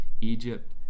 Egypt